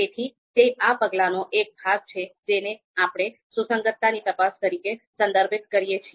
તેથી તે આ પગલાનો એક ભાગ છે જેને આપણે સુસંગતતા ની તપાસ તરીકે સંદર્ભિત કરીએ છીએ